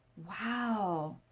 wow!